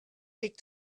bit